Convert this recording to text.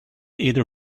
either